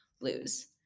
lose